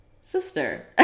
sister